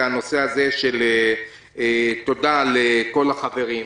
זה הנושא של תודה לכל החברים,